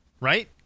Right